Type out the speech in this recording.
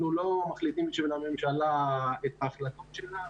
אנחנו לא מחליטים בשביל הממשלה את ההחלטות שלה,